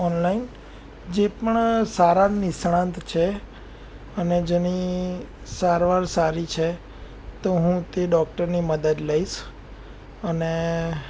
online જે પણ સારા નિષ્ણાત છે અને જેની સારવાર સારી છે તો હું તે ડોક્ટરની મદદ લઇશ અને